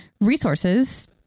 resources